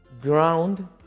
ground